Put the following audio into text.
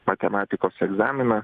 matematikos egzaminą